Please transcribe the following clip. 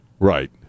Right